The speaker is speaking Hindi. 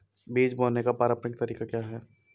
बीज बोने का पारंपरिक तरीका क्या है?